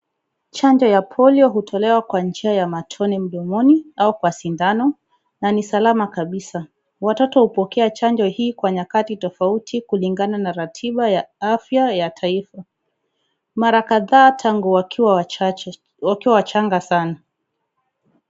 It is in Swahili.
Chanjo ya polio hutolewa kwa njia ya matone mdomoni au kwa sindano na ni salama kabisa. Watoto hupokea chanjo hii kwa nyakati tofauti kulingana na ratiba ya afya ya taifa. Mara kadhaa tangu wakiwa wachanga sana.